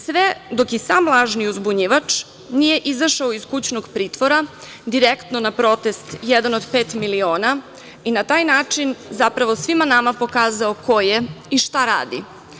Sve dok i sam lažni uzbunjivač nije izašao iz kućnog pritvora direktno na protest „jedan od pet miliona“ i na taj način zapravo svima nama pokazao ko je i šta radi.